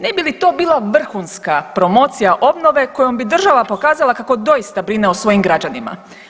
Ne bi li to bila vrhunska promocija obnove kojom bi država pokazala kako doista brine o svojim građanima.